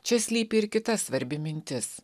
čia slypi ir kita svarbi mintis